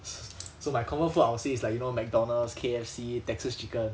so my comfort food I would say it's like you know McDonald's K_F_C Texas Chicken